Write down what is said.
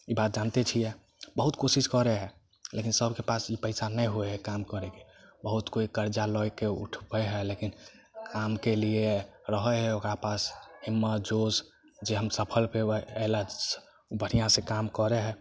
ई बात जानिते छियै बहुत कोशिश करऽ हइ लेकिन सबके पास ई पैसा नहि होइ हइ काम करैके बहुत कोइ कर्जा लएके उठबै हइ लेकिन कामके लिए रहै हइ ओकरा पास हिम्मत जोश जे हम सफल पबै लए बढ़िऑं से काम करऽ हइ